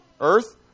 earth